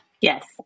Yes